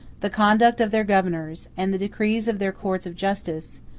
the conduct of their governors, and the decrees of their courts of justice,